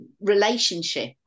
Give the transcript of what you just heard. relationship